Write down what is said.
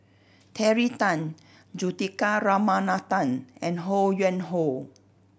Terry Tan Juthika Ramanathan and Ho Yuen Hoe